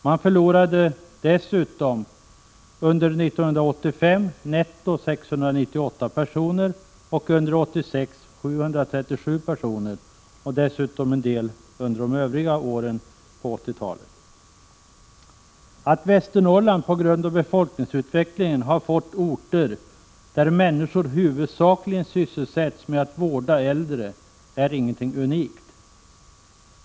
Man förlorade dessutom under 1985 netto 698 personer, 737 personer under 1986 och dessutom en del under övriga år på 1980-talet. Att Västernorrland på grund av befolkningsutvecklingen har fått orter där människor huvudsakligen sysselsätts med att vårda äldre är inget unikt.